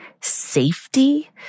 safety